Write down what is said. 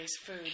food